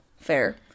Fair